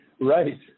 right